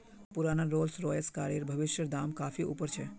पुराना Rolls Royce कारेर भविष्येर दाम काफी ऊपर छे